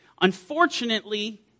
Unfortunately